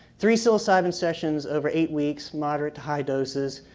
three psilocybin sessions over eight weeks, moderate to high doses.